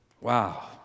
Wow